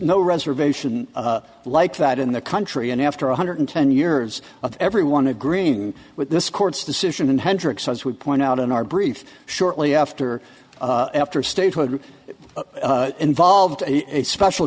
no reservation like that in the country and after one hundred ten years of everyone agreeing with this court's decision in hendricks as we point out in our brief shortly after after statehood involved a special